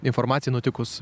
informaciją nutikus